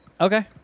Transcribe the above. Okay